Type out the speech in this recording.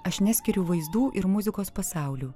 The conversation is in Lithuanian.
aš neskiriu vaizdų ir muzikos pasaulių